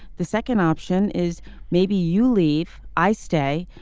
the second option is maybe you leave. i stay.